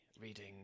reading